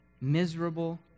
Miserable